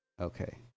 Okay